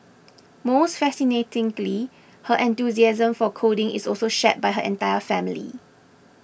most fascinatingly her enthusiasm for coding is also shared by her entire family